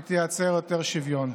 היא תייצר יותר שוויון.